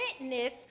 witness